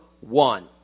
one